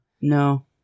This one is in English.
No